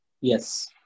Yes